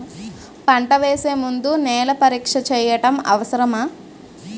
పంట వేసే ముందు నేల పరీక్ష చేయటం అవసరమా?